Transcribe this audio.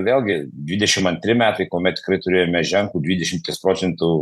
vėlgi dvidešimt antri metai kuomet tikrai turėjome ženklų dvidešimties procentų